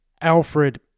Alfred